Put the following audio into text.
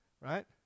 right